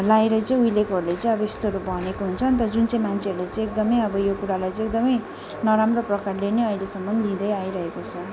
लाएर चाहिँ उहिलेकोहरूले चाहिँ अब यस्तोहरू भनेको हुन्छ नि त जुन चाहिँ मान्छेहरूले चाहिँ एकदमै अब यो कुरालाई चाहिँ एकदमै नराम्रो प्रकारले नै अहिलेसम्म लिँदै आइरहेको छ